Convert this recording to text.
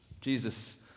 Jesus